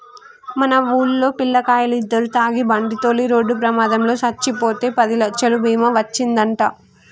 మన వూల్లో పిల్లకాయలిద్దరు తాగి బండితోలి రోడ్డు ప్రమాదంలో సచ్చిపోతే పదిలచ్చలు బీమా ఒచ్చిందంట